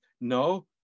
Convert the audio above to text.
No